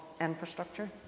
infrastructure